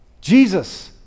Jesus